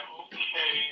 okay